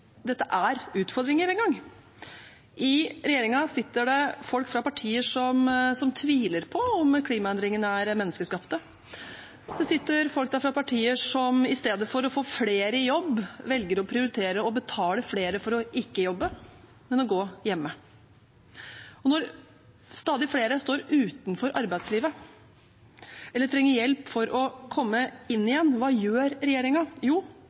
dette er utfordringer. I regjeringen sitter det folk fra partier som tviler på om klimaendringene er menneskeskapt. Det sitter folk der fra partier som i stedet for å få flere i jobb velger å prioritere å betale flere for ikke å jobbe, men for å gå hjemme. Og når stadig flere står utenfor arbeidslivet eller trenger hjelp for å komme inn igjen, hva gjør regjeringen? Jo,